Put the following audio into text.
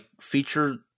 feature